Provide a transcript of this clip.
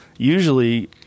Usually